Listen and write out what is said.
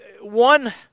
One